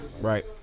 Right